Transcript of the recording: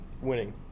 Winning